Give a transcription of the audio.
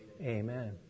Amen